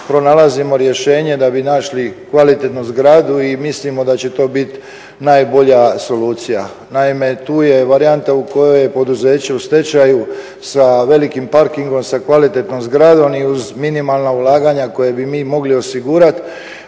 pronalazimo rješenje da bi našli kvalitetnu zgradu i mislimo da će to biti najbolja solucija. Naime, tu je varijanta u kojoj je poduzeće u stečaju sa velikim parkingom, sa kvalitetnom zgradom i uz minimalna ulaganja koja bi mi mogli osigurati